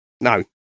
no